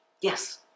Yes